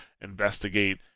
investigate